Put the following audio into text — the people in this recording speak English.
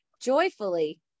joyfully